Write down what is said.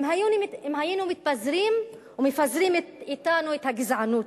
היינו מתפזרים ומפזרים אתנו את הגזענות,